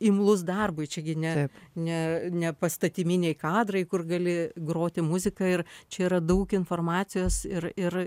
imlus darbui čia gi ne ne ne pastatyminiai kadrai kur gali groti muziką ir čia yra daug informacijos ir ir